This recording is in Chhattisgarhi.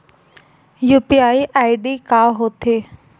यू.पी.आई आई.डी का होथे?